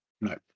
no